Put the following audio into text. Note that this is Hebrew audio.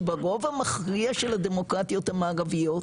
שברוב המכריע של הדמוקרטיות המערביות,